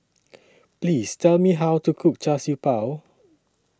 Please Tell Me How to Cook Char Siew Bao